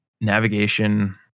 navigation